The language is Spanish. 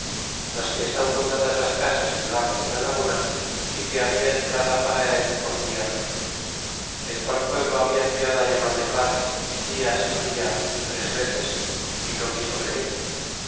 mas que están fundadas las casas en el agua de la laguna y que habla entrada para el por tierra el qual pueblo habia enviado llamar de paz dias habla tres veces y no quizo venir